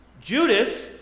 Judas